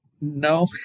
No